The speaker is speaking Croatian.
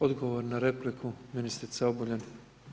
Odgovor na repliku, ministrica Obuljen.